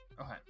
Okay